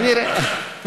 כנראה.